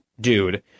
dude